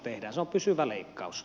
se on pysyvä leikkaus